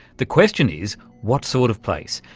the question is what sort of place,